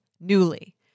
Newly